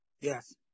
Yes